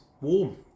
warm